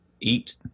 eat